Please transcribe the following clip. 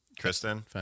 Kristen